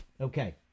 Okay